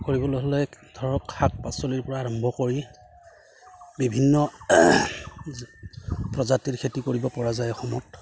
কৰিবলৈ হ'লে ধৰক শাক পাচলিৰ পৰা আৰম্ভ কৰি বিভিন্ন প্ৰজাতিৰ খেতি কৰিব পৰা যায় অসমত